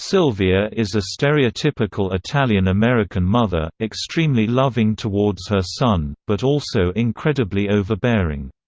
sylvia is a stereotypical italian-american mother, extremely loving towards her son, but also incredibly overbearing.